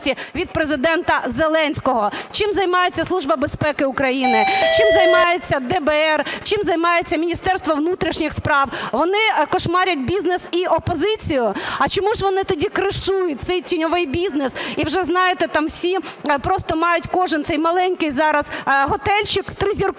від Президента Зеленського? Чим займається Служба безпеки України? Чим займається ДБР? Чим займається Міністерство внутрішніх справ? Вони кошмарять бізнес і опозицію? А чому ж тоді вони кришують цей тіньовий бізнес? І вже, знаєте, там всі просто мають кожен цей маленький зараз готельчик тризірковий,